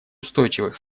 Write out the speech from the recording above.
устойчивых